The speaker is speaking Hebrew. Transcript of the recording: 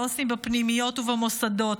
העו"סים בפנימיות ובמוסדות,